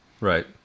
right